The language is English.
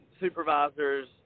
supervisors